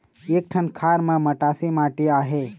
एक ठन खार म मटासी माटी आहे?